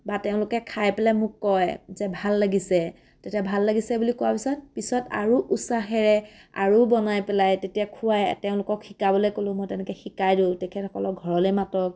বা তেওঁলোকে খাই পেলাই মোক কয় যে ভাল লাগিছে তেতিয়া ভাল লাগিছে বুলি কোৱাৰ পিছত পিছত আৰু উৎসাহেৰে আৰু বনাই পেলাই তেতিয়া খোৱাই তেওঁলোকক শিকাবলৈ ক'লেও মই তেনেকৈ শিকাই দিওঁ তেখেতসকলৰ ঘৰলৈ মাতক